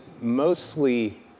mostly